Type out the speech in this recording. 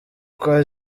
kwa